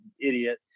idiot